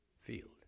field